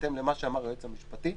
בהתאם למה שאמר היועץ המשפטי,